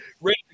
ready